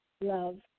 Love